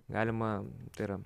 galima tai yra